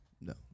no